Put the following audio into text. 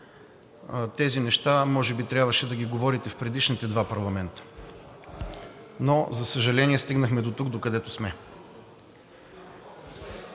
Тези неща може би трябваше да ги говорите в предишните два парламента, но, за съжаление, стигнахме дотук, докъдето сме.